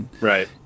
Right